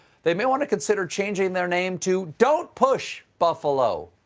they may want to consider changing their name to don't push buffalo.